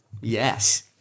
Yes